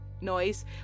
noise